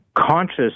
conscious